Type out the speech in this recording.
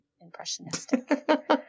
Impressionistic